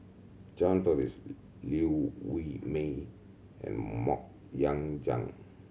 John Purvis Liew Wee Mee and Mok Ying Jang